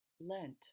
Lent